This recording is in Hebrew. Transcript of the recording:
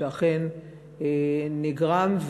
שאכן נגרם,